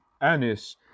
anise